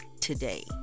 today